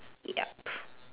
yup